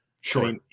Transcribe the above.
Sure